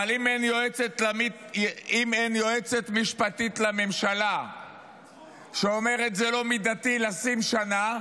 אבל אם אין יועצת משפטית לממשלה שאומרת: זה לא מידתי לשים שנה,